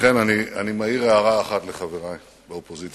ולכן אני מעיר הערה אחת לחברי באופוזיציה: